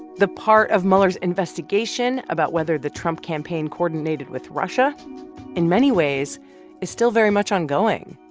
the part of mueller's investigation about whether the trump campaign coordinated with russia in many ways is still very much ongoing.